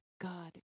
God